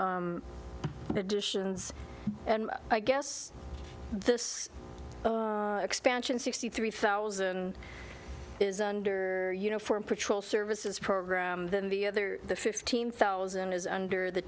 the additions and i guess this expansion sixty three thousand is under you know for a patrol services program than the other the fifteen thousand is under the